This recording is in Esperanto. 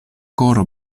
koro